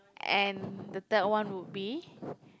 and the third one would be